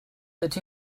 that